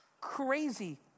crazy